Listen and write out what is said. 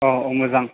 औ मोजां